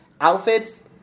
outfits